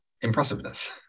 impressiveness